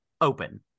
open